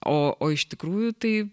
o o iš tikrųjų tai